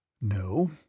No